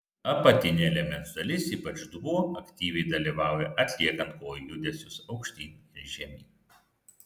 apatinė liemens dalis ypač dubuo aktyviai dalyvauja atliekant kojų judesius aukštyn ir žemyn